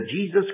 Jesus